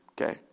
Okay